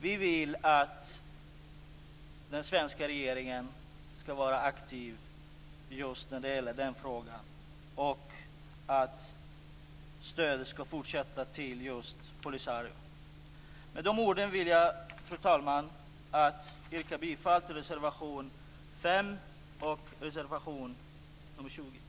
Vi vill att den svenska regeringen skall vara aktiv i den frågan och att stödet till Polisario skall fortsätta. Fru talman! Med de orden vill jag yrka bifall till reservation nr 5 och reservation nr 20.